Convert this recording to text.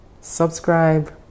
Subscribe